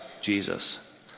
Jesus